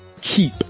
keep